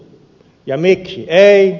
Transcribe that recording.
ja miksi ei